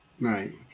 right